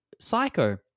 Psycho